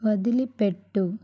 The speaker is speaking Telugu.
వదిలిపెట్టు